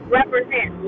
represent